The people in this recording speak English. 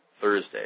Thursday